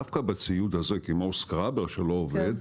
דווקא בציוד הזה כמו סקראבר שלא עובד,